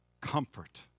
comfort